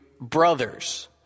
brothers